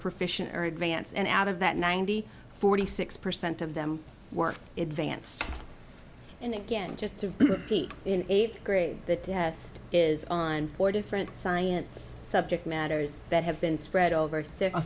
proficiency or advance and out of that ninety forty six percent of them work events and again just to keep in eighth grade the test is on four different science subject matters that have been spread over